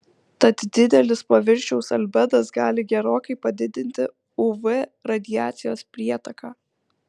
tad didelis paviršiaus albedas gali gerokai padidinti uv radiacijos prietaką